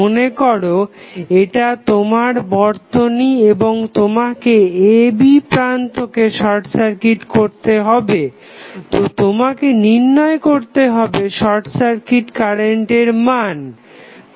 মনে করো এটা তোমার বর্তনী এবং তোমাকে a b প্রান্তকে শর্ট করতে হবে তো তোমাকে নির্ণয় করতে হবে শর্ট সার্কিট কারেন্টের মান কত